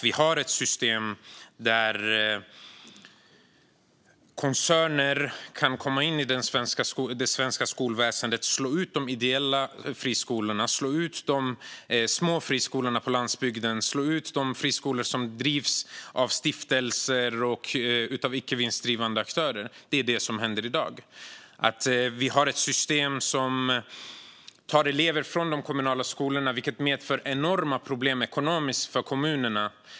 Vi har ett system där koncerner kan komma in i det svenska skolväsendet och slå ut de ideella friskolorna, de små friskolorna på landsbygden och de friskolor som drivs av stiftelser och av icke vinstdrivande aktörer. Det är vad som händer i dag. Vi har ett system som tar elever från de kommunala skolorna, vilket medför enorma ekonomiska problem för kommunerna.